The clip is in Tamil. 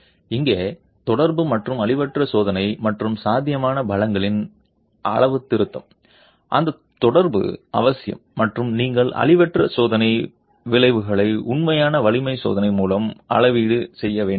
இங்கே தொடர்பு மற்றும் அழிவற்ற சோதனை மற்றும் சாத்தியமான பலங்களின் அளவுத்திருத்தம் அந்த தொடர்பு அவசியம் மற்றும் நீங்கள் அழிவற்ற சோதனை விளைவுகளை உண்மையான வலிமை சோதனை மூலம் அளவீடு செய்ய வேண்டும்